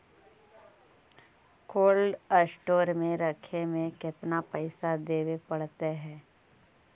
Cold store में रखे में केतना पैसा देवे पड़तै है?